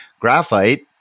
graphite